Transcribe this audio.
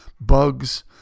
bugs